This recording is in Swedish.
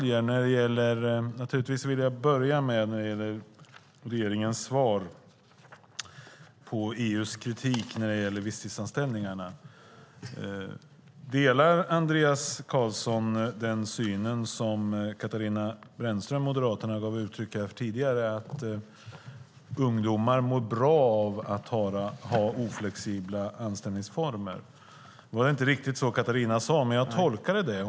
Jag vill naturligtvis börja med regeringens svar på EU:s kritik när det gäller visstidsanställningarna, och min fråga lyder som följer: Delar Andreas Carlson den syn som Katarina Brännström från Moderaterna gav uttryck för här tidigare, det vill säga att ungdomar mår bra av att ha oflexibla anställningsformer? Nu var det inte riktigt så Katarina sade, men jag tolkade det så.